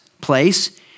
place